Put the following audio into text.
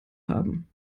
haben